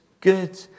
good